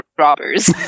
robbers